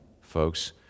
folks